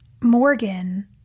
Morgan